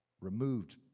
removed